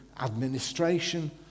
administration